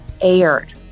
aired